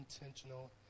intentional